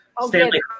Stanley